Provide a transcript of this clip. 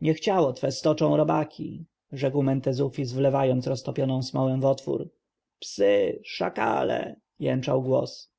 niech ciało twe stoczą robaki rzekł mentezufis wlewając roztopioną smołę w otwór psy szakale jęczał głos